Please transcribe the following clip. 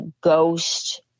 ghost